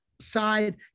side